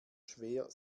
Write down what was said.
schwer